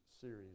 series